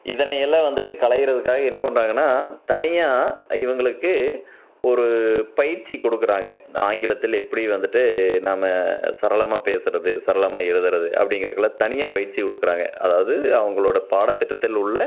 இதனை எல்லாம் வந்துவிட்டு களைகிறதுக்காக என்ன பண்ணுறாங்கனா தனியாக இவங்களுக்கு ஒரு பயிற்சி கொடுக்குறாங்க இந்த ஆங்கிலத்தில் எப்படி வந்துவிட்டு நம்ம சரளமாக பேசுகிறது சரளமாக எழுதுறது அப்டிங்கறதுக்கெல்லாம் தனியாக பயிற்சி கொடுக்குறாங்க அதாவது அவங்களோட பாடத்திட்டத்தில் உள்ள